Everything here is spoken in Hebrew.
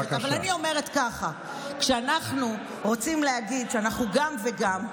אבל אני אומרת ככה: כשאנחנו רוצים להגיד שאנחנו גם וגם,